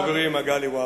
חברים, מגלי והבה,